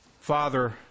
Father